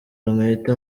ntwite